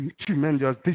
tremendous